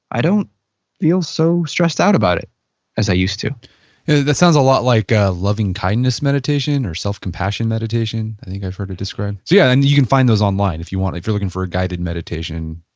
i don't feel so stressed out about it as i used to that sounds a lot like ah loving kindness meditation or self-compassion meditation i think i heard it described. so yeah and you can find those online if you want. if you're looking for a guided meditation.